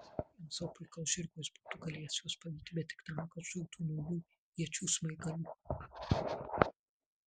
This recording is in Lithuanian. ant savo puikaus žirgo jis būtų galėjęs juos pavyti bet tik tam kad žūtų nuo jų iečių smaigalių